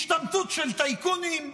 השתמטות של טייקונים,